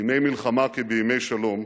בימי מלחמה כבימי שלום,